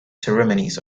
ceremonies